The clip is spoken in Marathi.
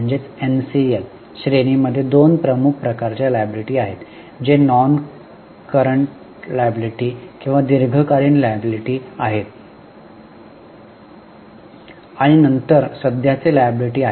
Non current Liabilities एनसीएलच्या श्रेणी मध्ये दोन प्रमुख प्रकारचे लायबिलिटी आहेत जे नॉनक्रॉन्टेबल लायबिलिटी किंवा दीर्घकालीन लायबिलिटी आहेत आणि नंतर करंट लायबिलिटी आहेत